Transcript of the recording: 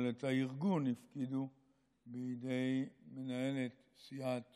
אבל את הארגון הטילו בידי מנהלת סיעת